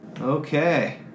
Okay